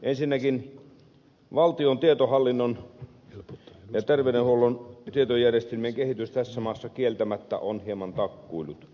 ensinnäkin valtionhallinnon ja terveydenhuollon tietojärjestelmien kehitys tässä maassa kieltämättä on hieman takkuillut